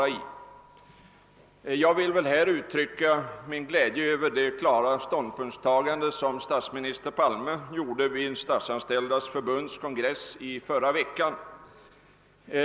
Jag vill här uttrycka min glädje över det ståndpunktstagande som statsminister Palme gjorde vid Statsanställdas förbunds kongress i förra veckan.